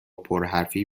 پرحرفی